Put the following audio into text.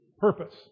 purpose